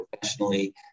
professionally